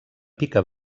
pica